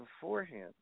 beforehand